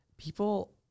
People